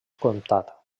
comtat